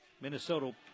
minnesota